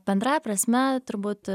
bendrąja prasme turbūt